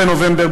ב-20 באוקטובר,